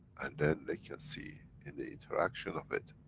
and then they can see in the interaction of it,